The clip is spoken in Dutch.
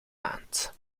maand